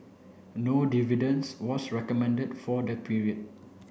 no dividends was recommended for the period